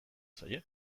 zaie